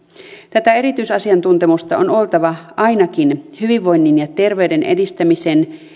tätä erityisasiantuntemusta on oltava ainakin hyvinvoinnin ja terveyden edistämisen